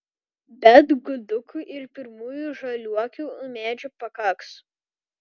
bet gudukų ir pirmųjų žaliuokių ūmėdžių pakaks